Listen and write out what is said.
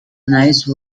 nice